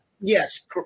Yes